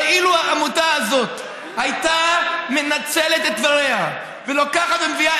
הרי אילו העמותה הזאת הייתה מנצלת את דבריה ולוקחת ומביאה